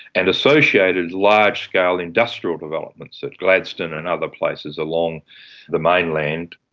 and associated large-scale industrial developments at gladstone and other places along the mainland.